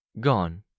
Gone